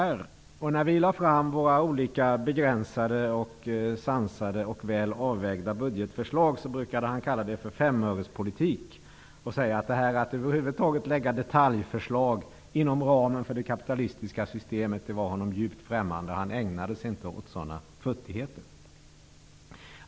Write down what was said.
När vi lade fram våra olika begränsade, sansade och väl avvägda budgetförslag brukade han kalla det för femörespolitik. Han sade att detta att över huvud taget lägga detaljförslag inom ramen för det kapitalistiska systemet var honom djupt främmande. Han ägnade sig inte åt sådana futtigheter.